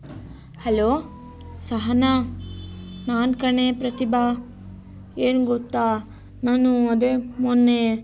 hello Sahana ನಾನು ಕಣೇ ಪ್ರತಿಭಾ ಏನು ಗೊತ್ತಾ ನಾನು ಅದೇ ಮೊನ್ನೆ